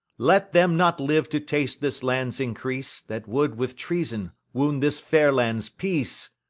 let them not live to taste this land's increase that would with treason wound this fair land's peace!